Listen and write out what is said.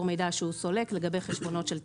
מידע שהוא סולק לגבי חשבונות של תאגידים.